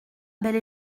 belle